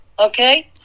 Okay